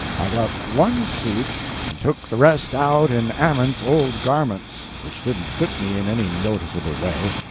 i got one suit and took the rest out in ament's old garments, which didn't fit me in any noticeable way.